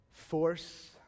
force